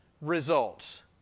results